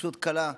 פשוט קלה,